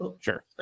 Sure